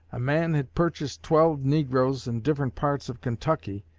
a man had purchased twelve negroes in different parts of kentucky,